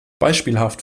beispielhaft